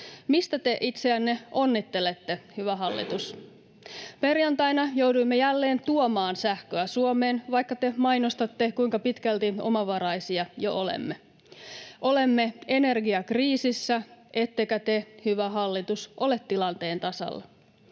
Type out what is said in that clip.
Mistä te itseänne onnittelette, hyvä hallitus? Perjantaina jouduimme jälleen tuomaan sähköä Suomeen, vaikka te mainostatte, kuinka pitkälti omavaraisia jo olemme. Olemme energiakriisissä, ettekä te, hyvä hallitus, ole tilanteen tasalla.